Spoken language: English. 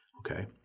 Okay